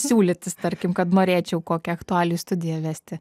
siūlytis tarkim kad norėčiau kokią aktualijų studiją vesti